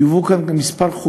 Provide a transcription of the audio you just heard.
יובאו כאן כמה חוקים,